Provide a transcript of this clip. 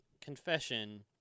confession